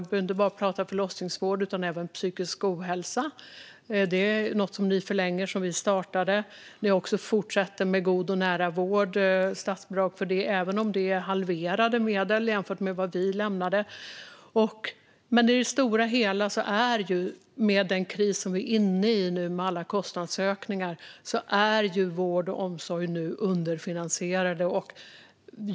Vi behöver inte bara prata om förlossningsvård, utan även det till psykisk ohälsa är något som ni förlänger som vi startade. Ni fortsätter också med statsbidrag för god och nära vård, även om det är halverade medel jämfört med vad vi lämnade. Men i det stora hela, och med den kris vi är inne i med alla kostnadsökningar, är vård och omsorg nu underfinansierade.